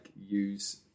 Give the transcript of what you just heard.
use